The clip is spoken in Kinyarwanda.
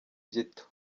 gito